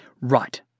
right